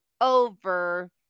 over